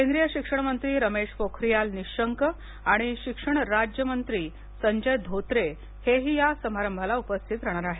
केंद्रीय शिक्षण मंत्री रमेश पोखरियाल निशंक आणि शिक्षण राज्य मंत्री संजय धोत्रे हेही या समारंभाला उपस्थित राहणार आहेत